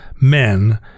men